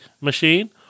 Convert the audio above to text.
machine